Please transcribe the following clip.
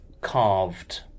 carved